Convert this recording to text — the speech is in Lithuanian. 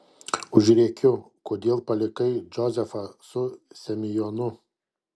užrėkiu kodėl palikai džozefą su semionu